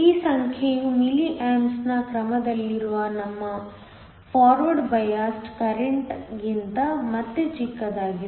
ಈ ಸಂಖ್ಯೆಯು ಮಿಲಿ ಆಂಪ್ಸ್ನ ಕ್ರಮದಲ್ಲಿರುವ ನಿಮ್ಮ ಫಾರ್ವರ್ಡ್ ಬಯಾಸ್ಡ್ ಕರೆಂಟ್ಗಿಂತ ಮತ್ತೆ ಚಿಕ್ಕದಾಗಿದೆ